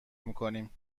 میکنیم